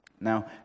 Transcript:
Now